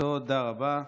תודה רבה.